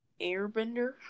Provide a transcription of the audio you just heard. Airbender